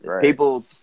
People